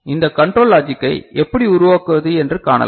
இந்த கண்ட்ரோல் லாஜிக்கை எப்படி உருவாக்குவது என்று காணலாம்